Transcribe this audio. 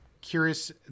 curious